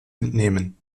entnehmen